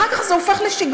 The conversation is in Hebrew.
אחר כך זה הופך לשגרה.